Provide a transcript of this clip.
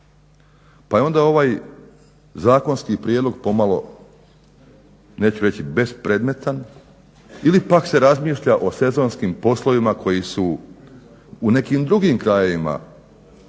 Pa je onda ovaj zakonski prijedlog pomalo neću reći bespredmetan ili pak se razmišlja o sezonskim poslovima koji su u nekim drugim krajevima